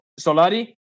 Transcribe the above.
Solari